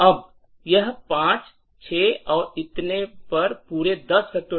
अब यह 5 6 और इतने पर पूरे 10